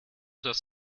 das